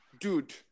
dude